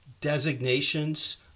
designations